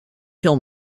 kill